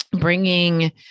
bringing